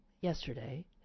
yesterday